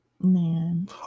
Man